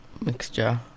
mixture